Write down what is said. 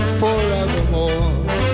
forevermore